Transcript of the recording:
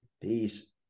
Peace